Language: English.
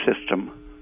system